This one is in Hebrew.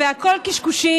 והכול קשקושים,